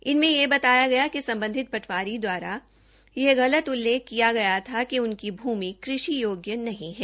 इनमें यह बताया गया कि संबंधित पटवारी द्वारा यह गलत उल्लेख किया गया था कि उनकी भूमि कृषि योग्य नहीं है